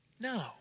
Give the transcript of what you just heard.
No